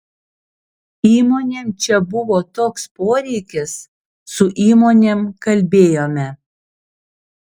įmonėm čia buvo toks poreikis su įmonėm kalbėjome